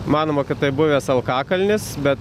manoma kad tai buvęs alkakalnis bet